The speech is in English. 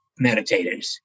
meditators